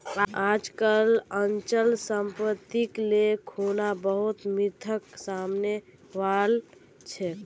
आजकल अचल सम्पत्तिक ले खुना बहुत मिथक सामने वल छेक